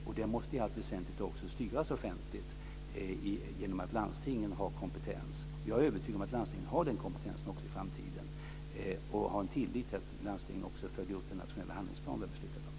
Den måste också i allt väsentligt också styras offentligt genom att landstingen har kompetens. Jag är övertygad om att landstingen har den kompetensen också i framtiden. Jag har en tillit till att landstingen följer upp den nationella handlingsplan som vi har beslutat om.